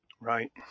right